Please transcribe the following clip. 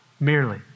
merely